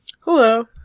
hello